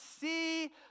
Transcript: see